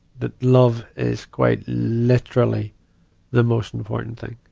that love is quite literally the most important thing.